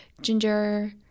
ginger